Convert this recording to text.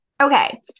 Okay